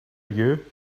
you